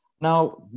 Now